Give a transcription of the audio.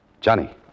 Johnny